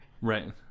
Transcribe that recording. Right